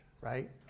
right